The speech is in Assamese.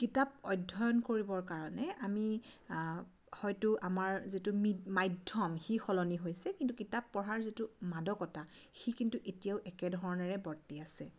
কিতাপ অধ্যয়ন কৰিবৰ কাৰণে আমি আ হয়তো আমাৰ যিটো মিড মাধ্যম সি সলনি হৈছে কিন্তু কিতাপ পঢ়াৰ যিটো মাদকতা সি কিন্তু এতিয়াও একেধৰণেৰে বৰ্ত্তি আছে